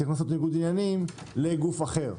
צריך לעשות ניגוד עניינים לגוף אחר.